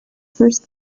first